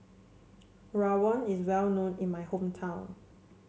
Rawon is well known in my hometown